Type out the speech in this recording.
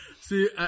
See